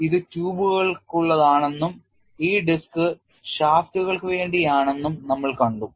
ഇത് ട്യൂബുകൾക്കുള്ളതാണെന്നും ഈ ഡിസ്ക് ഷാഫ്റ്റുകൾക്ക് വേണ്ടിയാണെന്നും നമ്മൾ കണ്ടു